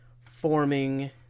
forming